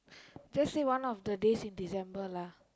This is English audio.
just say one of the days in December lah